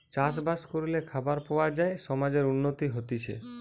চাষ বাস করলে খাবার পাওয়া যায় সমাজের উন্নতি হতিছে